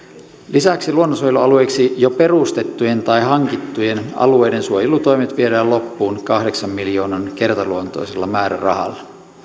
lisäksi luonnonsuojelualueiksi jo perustettujen tai hankittujen alueiden suojelutoimet viedään loppuun kahdeksan miljoonan kertaluontoisella määrärahalla